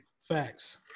Facts